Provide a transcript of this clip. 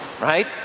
right